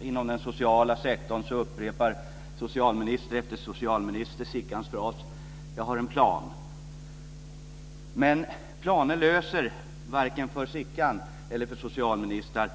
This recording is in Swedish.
inom den sociala sektorn upprepar socialminister efter socialminister Sickans fras: "Jag har en plan." Men planer löser inte problem, varken för Sickan eller för socialministrar.